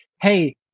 hey